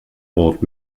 wort